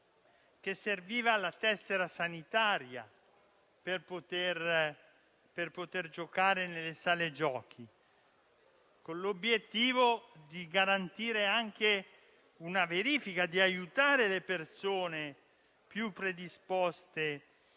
necessaria la tessera sanitaria per poter giocare nelle sale giochi, con l'obiettivo di garantire anche una verifica, di aiutare le persone più predisposte